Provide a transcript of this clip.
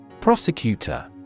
Prosecutor